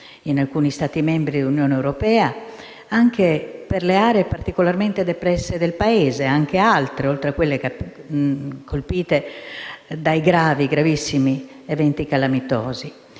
in taluni Stati membri dell'Unione europea, anche per altre aree particolarmente depresse del Paese, oltre a quelle colpite dai gravissimi eventi calamitosi,